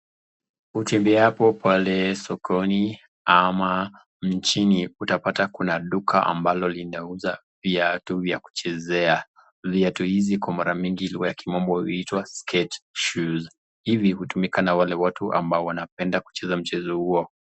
Utembeapo pale sokoni ama nchini utapata kuna duka ambalo linauza viatu vya kuchezea. Viatu hizi kwa mara nyingi kwa lugha ya kimombo huitwa skate shoes . Hivi hutumika na wale watu ambao wanapenda kucheza mchezo huo.